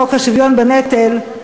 חוק השוויון בנטל,